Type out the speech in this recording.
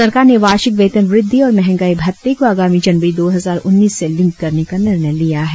सरकार ने वार्षिक वेतन वृद्धि और मंहगाई भत्ते को आगामी जनवरी दो हजार उन्नीस से लिंक करने का निर्णय लिया है